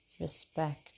respect